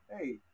Hey